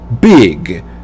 big